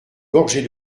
gorgée